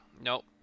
Nope